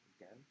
again